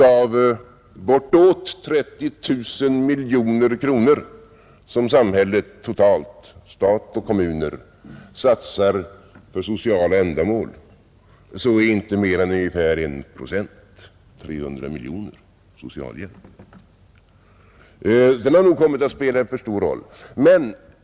Av bortåt 30 000 miljoner som samhället totalt — stat och kommuner — satsar för sociala ändamål är inte mer än ungefär en procent, 300 miljoner kronor, socialhjälp.